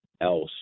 else